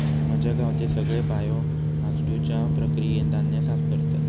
माझ्या गावचे सगळे बायो हासडुच्या प्रक्रियेन धान्य साफ करतत